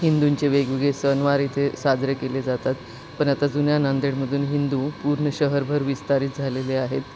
हिंदूंचे वेगवेगळे सणवार इथे साजरे केले जातात पण आता जुन्या नांदेडमधून हिंदू पूर्ण शहरभर विस्तारीत झालेले आहेत